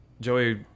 Joey